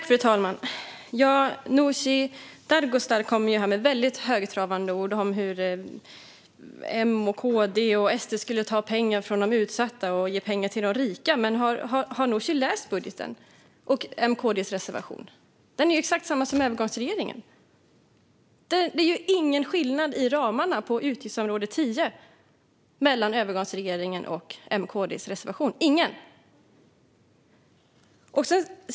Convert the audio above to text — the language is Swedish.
Fru talman! Nooshi Dadgostar kommer med väldigt högtravande ord om hur M, KD och SD skulle ta pengar från de utsatta och ge pengar till de rika. Men har Nooshi läst budgeten och M:s och KD:s reservation? Det är ju exakt detsamma som övergångsregeringens förslag. Det är ju ingen skillnad i ramarna på utgiftsområde 10 mellan övergångsregeringens förslag och M:s och KD:s reservation - ingen!